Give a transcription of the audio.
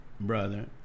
brother